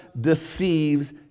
deceives